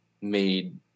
made